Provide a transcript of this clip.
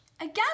Again